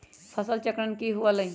फसल चक्रण की हुआ लाई?